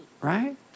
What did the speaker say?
Right